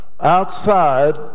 outside